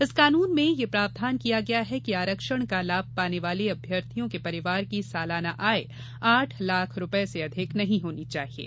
इस कानून में यह प्रावधान किया गया है कि आरक्षण का लाभ पाने वाले अभ्यर्थी के परिवार की सालाना आय आठ लाख रूपये से अधिक नहीं होनी चाहिये